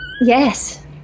Yes